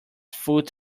foot